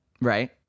Right